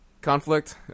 conflict